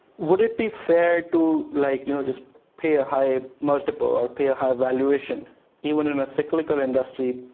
would it be fair to like you know just pay a high multiple or pay a high valuation even in a cyclical industry,